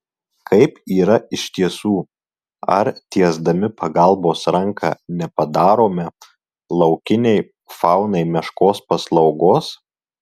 kaip yra iš tiesų ar tiesdami pagalbos ranką nepadarome laukiniai faunai meškos paslaugos